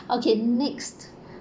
okay next